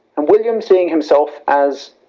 um william seeing himself as,